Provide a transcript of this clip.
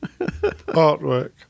artwork